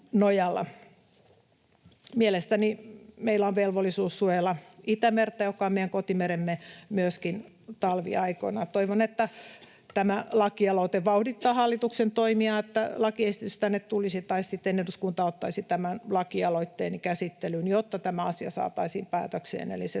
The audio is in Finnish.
Mielestäni meillä on velvollisuus suojella Itämerta, joka on meidän kotimeremme, myöskin talviaikoina. Toivon, että tämä lakialoite vauhdittaa hallituksen toimia, että lakiesitys tänne tulisi, tai sitten eduskunta ottaisi tämän lakialoitteeni käsittelyyn, jotta tämä asia saataisiin päätökseen